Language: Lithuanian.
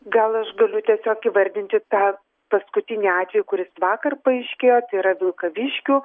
gal aš galiu tiesiog įvardinti tą paskutinį atvejį kuris vakar paaiškėjo tai yra vilkaviškio